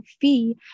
fee